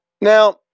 Now